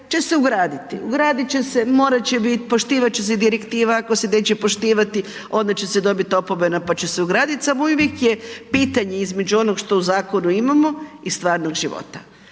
će se ugraditi. Ugradit će se, morat će bit, poštivat će se direktiva, ako se neće poštivati onda će se dobit opomena, pa će se ugradit. Samo uvijek je pitanje između onog što u zakonu imamo i stvarnog života.